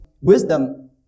Wisdom